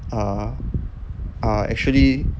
are are actually